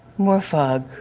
more fog,